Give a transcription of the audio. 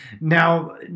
Now